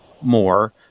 more